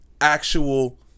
actual